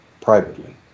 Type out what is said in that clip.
privately